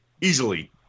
easily